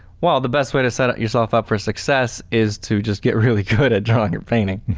well, the best way to set up yourself up for success is to just get really good at drawing or painting.